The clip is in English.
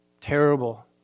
terrible